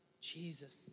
Jesus